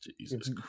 Jesus